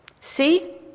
See